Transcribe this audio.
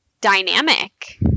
dynamic